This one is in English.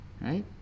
right